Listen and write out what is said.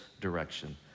direction